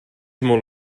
molt